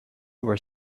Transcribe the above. were